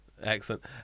excellent